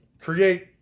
create